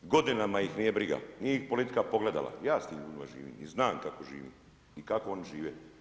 Godinama ih nije briga, nije ih politika pogledala, ja s tim ljudima živim i znam kako živim i kako oni žive.